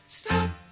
stop